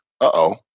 uh-oh